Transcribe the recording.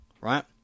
right